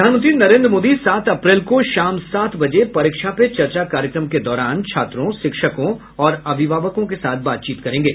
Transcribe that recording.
प्रधानमंत्री नरेंद्र मोदी सात अप्रैल को शाम सात बजे परिक्षा पे चर्चा कार्यक्रम को दौरान छात्रों शिक्षकों और अभिभावकों के साथ बातचीत करेंगे